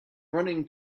running